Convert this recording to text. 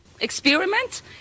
Experiment